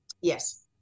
Yes